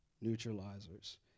neutralizers